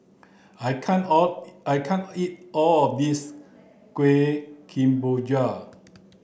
I can't all I can't eat all of this Kuih Kemboja